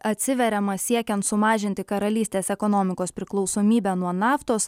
atsiveriama siekiant sumažinti karalystės ekonomikos priklausomybę nuo naftos